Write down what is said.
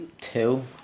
two